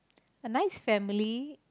a nice family